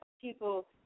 people